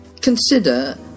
consider